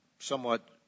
Somewhat